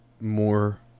more